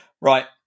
Right